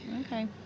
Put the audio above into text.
Okay